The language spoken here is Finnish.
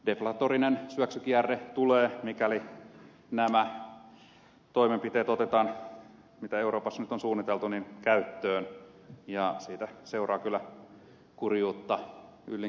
deflatorinen syöksykierre tulee mikäli nämä toimenpiteet mitä euroopassa nyt on suunniteltu otetaan käyttöön ja siitä seuraa kyllä kurjuutta yllin kyllin